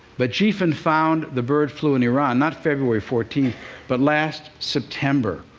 but gphin found the bird flu in iran not february fourteen but last september.